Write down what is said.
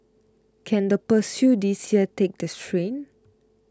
can the this year take the strain